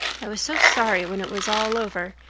i was so sorry when it was all over,